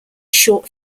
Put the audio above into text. short